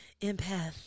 empath